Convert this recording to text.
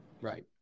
Right